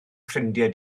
ffrindiau